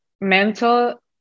mental